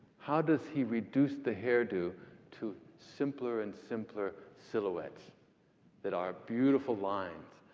how does he reduce the hairdo to simpler and simpler silhouettes that are beautiful lines?